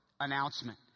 announcement